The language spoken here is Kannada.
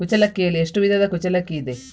ಕುಚ್ಚಲಕ್ಕಿಯಲ್ಲಿ ಎಷ್ಟು ವಿಧದ ಕುಚ್ಚಲಕ್ಕಿ ಇದೆ?